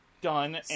done